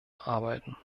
arbeiten